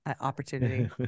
opportunity